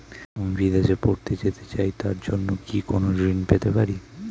আমি বিদেশে পড়তে যেতে চাই তার জন্য কি কোন ঋণ পেতে পারি?